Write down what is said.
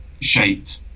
shaped